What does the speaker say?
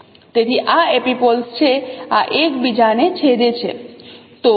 તેથી આ એપિપોલ્સ છે આ એકબીજાને છેદે છે